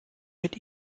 mit